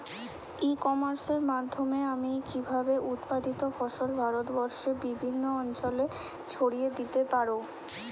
ই কমার্সের মাধ্যমে আমি কিভাবে উৎপাদিত ফসল ভারতবর্ষে বিভিন্ন অঞ্চলে ছড়িয়ে দিতে পারো?